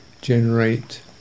generate